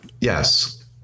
yes